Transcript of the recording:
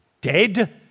dead